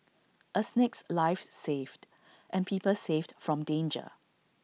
A snake's life saved and people saved from danger